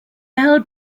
belle